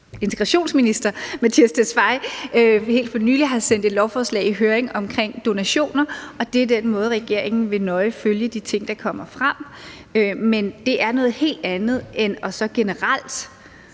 integrationsministeren helt for nylig har sendt et lovforslag i høring om donationer. Og det er den måde, regeringen nøje vil følge de ting, der kommer frem. Men det er noget helt andet end generelt